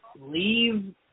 leave